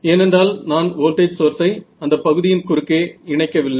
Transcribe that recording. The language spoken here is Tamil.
ஏனென்றால் நான் வோல்டேஜ் சோர்ஸை அந்தப் பகுதியின் குறுக்கே இணைக்கவில்லை